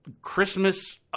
Christmas